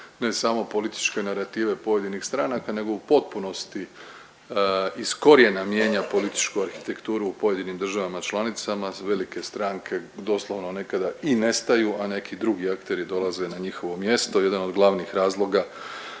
ne samo političke narative pojedinih stranaka nego u potpunosti iz korijena mijenja političku arhitekturu u pojedinim državama članicama, velike stranke doslovno nekada i nestaju, a neki drugi akteri dolaze na njihovo mjesto, jedan od glavnih razloga